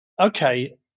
okay